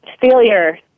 failure